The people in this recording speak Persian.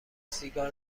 سیگار